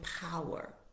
power